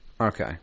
Okay